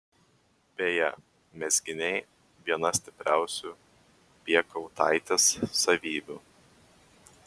beje mezginiai viena stipriausių piekautaitės savybių